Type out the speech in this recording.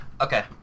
Okay